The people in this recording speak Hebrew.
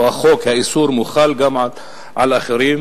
או האיסור מוחל גם על אחרים.